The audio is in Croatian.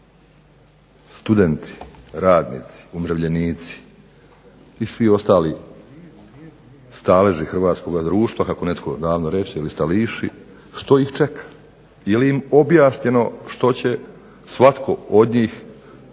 studenti, radnici, umirovljenici i svi ostali staleži hrvatskog društva kako netko davno reče ili stališi što ih čeka? Jeli im objašnjeno što će svatko od njih